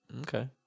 Okay